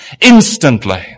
instantly